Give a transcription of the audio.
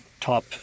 top